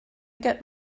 get